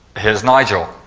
here's nigel